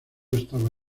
estaba